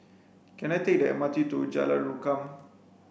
can I take the M R T to Jalan Rukam